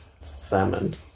salmon